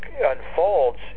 unfolds